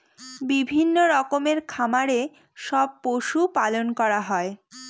বিভিন্ন রকমের খামারে সব পশু পালন করা হয়